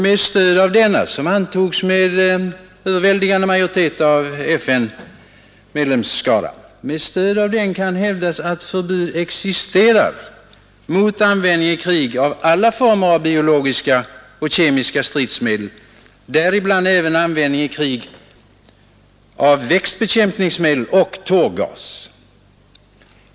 Med stöd av denna, som antogs med en överväldigande majoritet av FN:s medlemsstater, kan hävdas att förbud existerar mot användning i krig av alla former av biologiska och kemiska stridsmedel, däribland även användning i krig av växtbekämpningsmedel och tårgas.